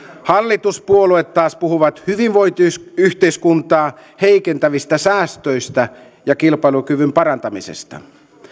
hallituspuolueet taas puhuvat hyvinvointiyhteiskuntaa heikentävistä säästöistä ja kilpailukyvyn parantamisesta